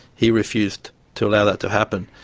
he refused to allow that to happen.